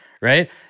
right